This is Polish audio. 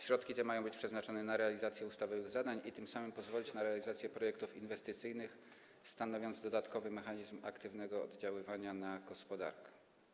Środki te mają być przeznaczone na realizację ustawowych zadań i tym samym pozwolić na realizację projektów inwestycyjnych, stanowiąc dodatkowy mechanizm aktywnego oddziaływania na gospodarkę.